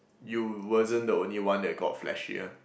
you wasn't the only one that got fleshier